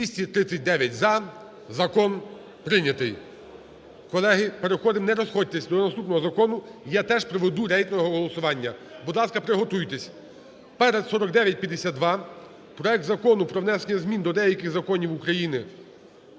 239 – за. Закон прийнятий. Колеги, переходимо – не розходьтесь – до наступного закону, я теж проведу рейтингове голосування. Будь ласка, приготуйтесь. Перед 4952, проект Закону про внесення змін до деяких законів України